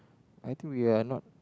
I think we are not